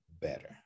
better